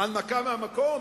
הנמקה מהמקום?